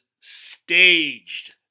staged